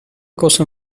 cosa